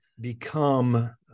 become